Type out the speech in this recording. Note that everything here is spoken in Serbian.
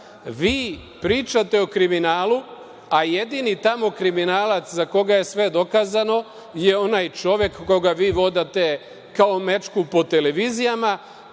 pričate o kriminalu, a jedini tamo kriminalac za koga je sve dokazano je onaj čovek koga vi vodate kao mečku po televizijama,